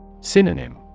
Synonym